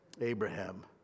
Abraham